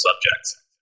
subjects